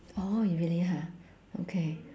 oh you really ha okay